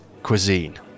cuisine